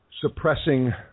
suppressing